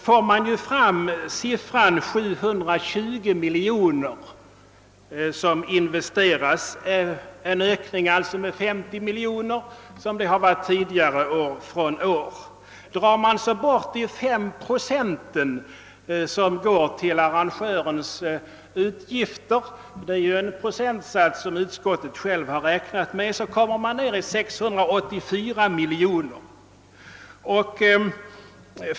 Man kan räkna med att ca 720 miljoner kommer att satsas totalt — en ökning alltså med ca 50 miljoner liksom i fjol. Drar man så av de 5 procent som skall täcka arrangörens utgifter — det är den procentsats utskottet räknat med för detta ändamål — kommer man ner till 684 miljoner kronor.